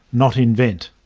not invent'.